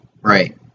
Right